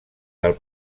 del